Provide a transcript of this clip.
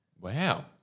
wow